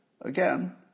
Again